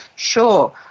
Sure